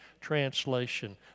Translation